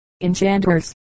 enchanters